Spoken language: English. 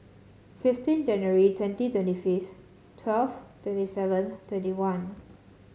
fifteen January twenty twenty fifth twelve twenty seven twenty one